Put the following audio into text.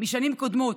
משנים קודמות,